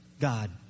God